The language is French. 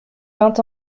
vingt